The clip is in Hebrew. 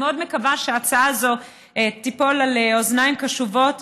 אני מאוד מקווה שההצעה הזאת תיפול על אוזניים קשובות.